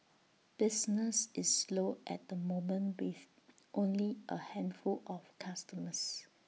business is slow at the moment with only A handful of customers